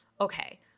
Okay